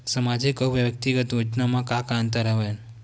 सामाजिक अउ व्यक्तिगत योजना म का का अंतर हवय?